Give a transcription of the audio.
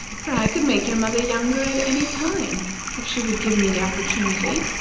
for i could make your mother younger at any time if she would give me the opportunity.